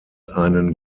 einen